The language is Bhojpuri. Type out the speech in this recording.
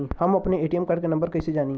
हम अपने ए.टी.एम कार्ड के नंबर कइसे जानी?